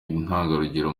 intangarugero